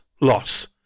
loss